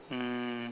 um